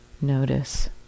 Notice